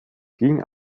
ging